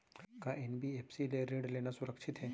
का एन.बी.एफ.सी ले ऋण लेना सुरक्षित हे?